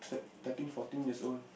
thirteen fourteen years old